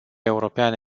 european